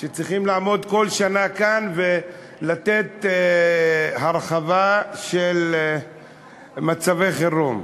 שצריכים לעמוד כל שנה כאן ולתת הרחבה של מצבי חירום.